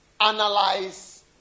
analyze